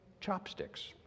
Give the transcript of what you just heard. chopsticks